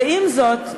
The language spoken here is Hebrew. ועם זאת,